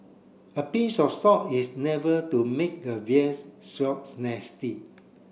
a pinch of salt is never to make a veals